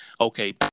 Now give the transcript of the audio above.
okay